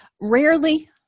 rarely